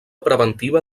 preventiva